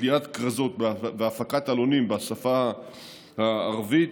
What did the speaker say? בכרזות ובהפקת עלונים בשפה הערבית.